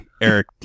Eric